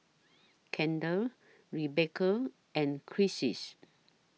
Kendal Rebecca and Crissies